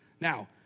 Now